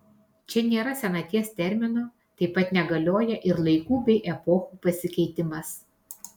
čia nėra senaties termino taip pat negalioja ir laikų bei epochų pasikeitimas